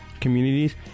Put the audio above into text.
communities